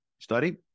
Study